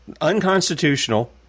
unconstitutional